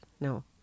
No